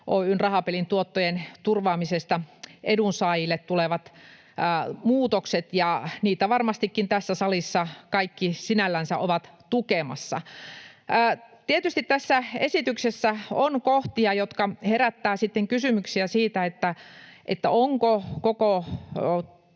Oy:n rahapelituottojen turvaamisesta edunsaajille tulevat muutokset, ja niitä varmastikin tässä salissa kaikki sinällänsä ovat tukemassa. Tietysti tässä esityksessä on kohtia, jotka herättävät kysymyksiä siitä, onko koko